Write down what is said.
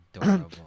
adorable